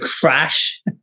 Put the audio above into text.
crash